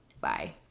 Bye